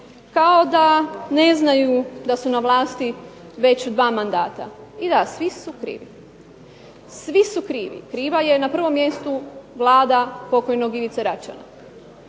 kao da ne znaju da su na vlasti već dva mandata. I da, svi su krivi. Svi su krivi. Kriva je na prvom mjestu Vlada pokojnog Ivice Račana,